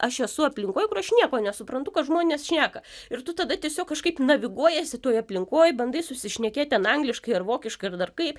aš esu aplinkoj kur aš nieko nesuprantu ką žmonės šneka ir tu tada tiesiog kažkaip naviguojesi toj aplinkoj bandai susišnekėt ten angliškai ar vokiškai ar dar kaip